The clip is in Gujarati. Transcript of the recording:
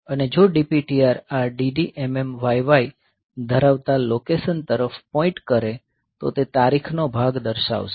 અને જો DPTR આ dd mm yy ધરાવતા લોકેશન તરફ પોઈન્ટ કરે તો તે તારીખ નો ભાગ દર્શાવશે